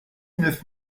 neuf